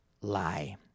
lie